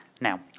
Now